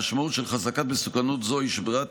המשמעות של חזקת מסוכנות זו היא שברירת